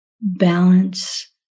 balance